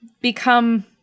become